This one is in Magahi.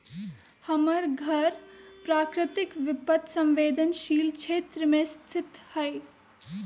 हमर घर प्राकृतिक विपत संवेदनशील क्षेत्र में स्थित हइ